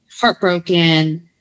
heartbroken